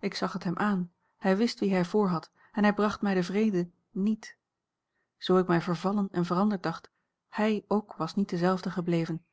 ik zag het hem aan hij wist wie hij voorhad en hij bracht mij den vrede niet zoo ik mij vervallen en veranderd dacht hij ook was niet dezelfde gebleven